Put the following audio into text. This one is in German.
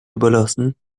überlassen